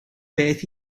beth